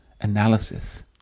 Analysis